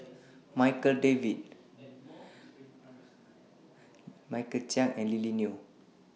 Darryl David Michael Chiang and Lily Neo